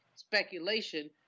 speculation